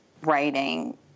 writing